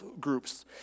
groups